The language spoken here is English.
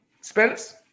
Spence